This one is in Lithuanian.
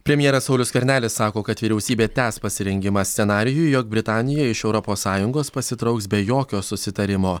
premjeras saulius skvernelis sako kad vyriausybė tęs pasirengimą scenarijui jog britanija iš europos sąjungos pasitrauks be jokio susitarimo